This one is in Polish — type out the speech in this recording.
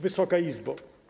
Wysoka Izbo!